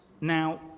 Now